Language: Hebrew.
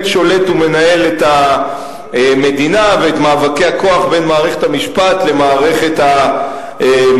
שולט ומנהל את המדינה ואת מאבקי הכוח בין מערכת המשפט למערכת הממשל.